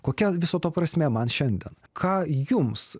kokia viso to prasme man šiandien ką jums